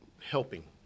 helping